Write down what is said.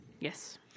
Yes